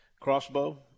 Crossbow